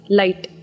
light